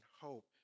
hope